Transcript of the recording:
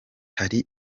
hari